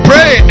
Pray